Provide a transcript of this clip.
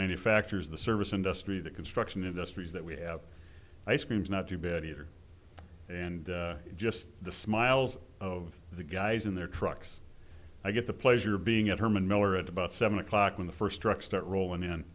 manufacturers the service industry the construction industries that we have ice creams not too bad either and just the smiles of the guys in their trucks i get the pleasure of being at herman miller at about seven o'clock when the first trucks start rolling in